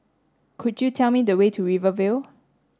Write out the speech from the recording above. could you tell me the way to Rivervale